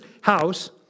house